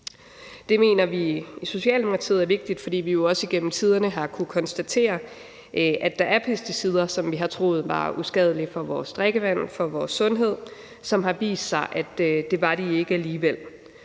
Det mener vi i Socialdemokratiet er vigtigt, fordi vi jo også gennem tiderne har kunnet konstatere, at der er pesticider, som vi har troet var uskadelige for vores drikkevand og for vores sundhed, men som har vist sig ikke at være det alligevel.